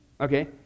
Okay